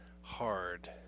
hard